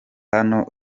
hano